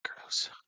Gross